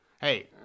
Hey